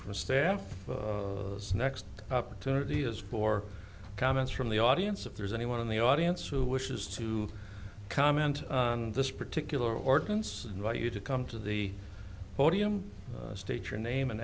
from staff this next opportunity is for comments from the audience if there's anyone in the audience who wishes to comment on this particular ordinance invite you to come to the podium state your name and